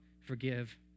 forgive